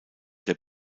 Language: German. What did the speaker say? der